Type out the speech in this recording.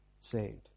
saved